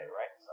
right